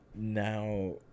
now